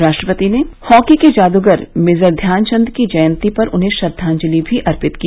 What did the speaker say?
राष्ट्रपति ने हॉकी के जादूगर मेजर ध्यान चंद के जयती पर उन्हें श्रद्वाजलि भी अर्पित की